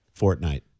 Fortnite